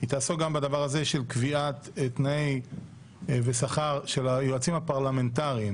הוועדה תעסוק גם בקביעת תנאים ושכר של יועצים פרלמנטריים.